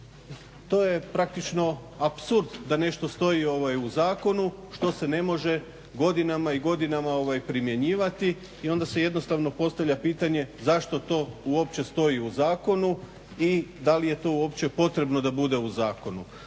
to je praktično apsurd da nešto stoji u zakonu što se ne može godinama i godinama primjenjivati i onda se jednostavno postavlja pitanje zašto to uopće stoji u zakonu i da li je to uopće potrebno da bude u zakonu.